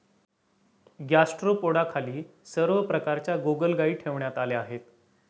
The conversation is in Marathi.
गॅस्ट्रोपोडाखाली सर्व प्रकारच्या गोगलगायी ठेवण्यात आल्या आहेत